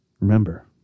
remember